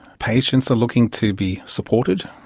patients are looking to be supported,